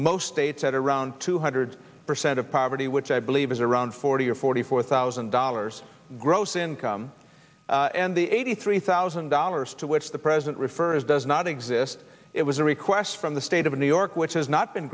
most states at around two hundred percent of poverty which i believe is around forty or forty four thousand dollars gross income and the eighty three thousand dollars to which the president refers does not exist it was a request from the state of new york which has not been